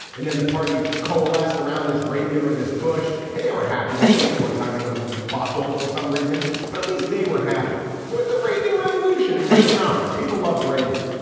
and then the party coalesced around this reagan or this bush. and they were happy with i mean, one time they went with bob dole for some reason, but at least they were happy with the reagan revolution and reaganomics. people loved reagan.